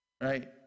right